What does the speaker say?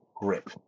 grip